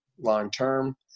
long-term